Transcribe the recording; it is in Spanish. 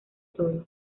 todo